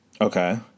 Okay